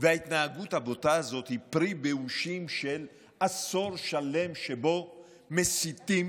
וההתנהגות הבוטה הזאת הם פרי באושים של עשור שלם שבו מסיתים